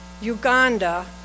Uganda